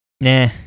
Nah